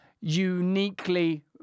uniquely